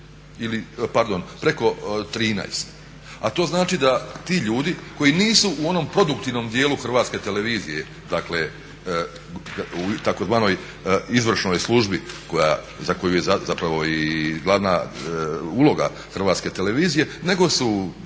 ili, pardon preko 13. A to znači da ti ljudi koji nisu u onom produktivnom dijelu Hrvatske televizije, dakle u tzv. izvršnoj službi za koju je zapravo i glavna uloga Hrvatske televizije nego su